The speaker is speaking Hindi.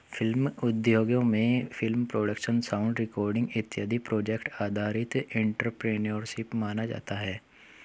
फिल्म उद्योगों में फिल्म प्रोडक्शन साउंड रिकॉर्डिंग इत्यादि प्रोजेक्ट आधारित एंटरप्रेन्योरशिप माना जाता है